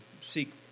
seek